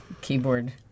keyboard